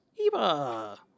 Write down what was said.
Eva